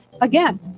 Again